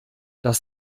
das